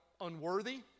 unworthy